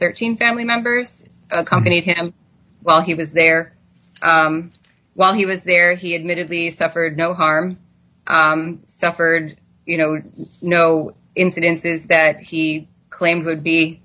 thirteen family members accompanied him while he was there while he was there he admitted the suffered no harm suffered you know no incidences that he claimed would be